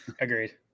Agreed